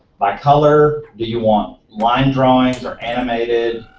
by color, do you want line drawings or animated.